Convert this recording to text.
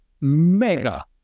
mega